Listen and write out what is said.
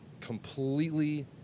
completely